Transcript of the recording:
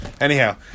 anyhow